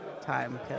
time